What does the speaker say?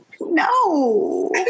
no